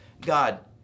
God